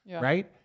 right